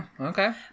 Okay